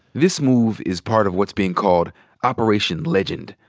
this move is part of what's being called operation legend.